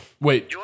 Wait